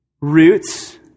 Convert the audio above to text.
Roots